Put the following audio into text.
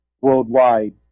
worldwide